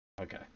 Okay